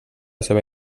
seva